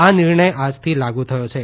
આ નિર્ણય આજથી લાગુ થયો છે